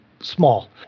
small